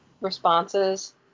responses